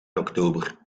oktober